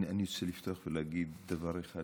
אני רוצה לפתוח ולהגיד דבר אחד